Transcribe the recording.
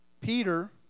Peter